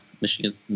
Michigan